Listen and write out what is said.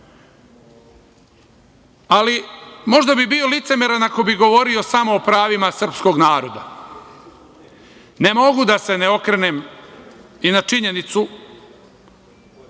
potpuni. Možda bi bio licemeran ako bi govorio samo o pravima srpskog naroda. Ne mogu da se ne okrenem i na činjenicu